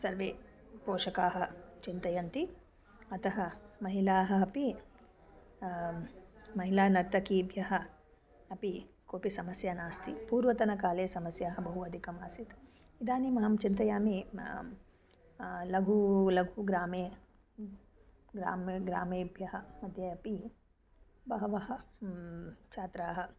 सर्वे पोषकाः चिन्तयन्ति अतः महिलाः अपि महिला नर्तकेभ्यः अपि कोपि समस्या नास्ति पूर्वतनकाले समस्याः बहु अधिकम् आसीत् इदानीम् अहं चिन्तयामि लघु लघु ग्रामे ग्रामे ग्रामेभ्यः मध्ये अपि बहवः छात्राः